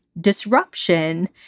disruption